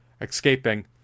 escaping